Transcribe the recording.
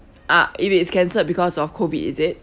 ah if it's cancelled because of COVID is it